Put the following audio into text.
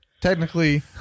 technically